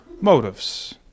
motives